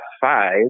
five